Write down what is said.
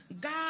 God